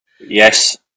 yes